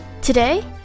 Today